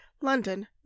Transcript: London